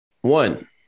one